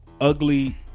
ugly